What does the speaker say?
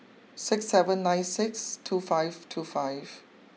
six seven nine six two five two five